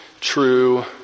true